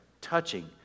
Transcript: touching